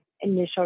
initial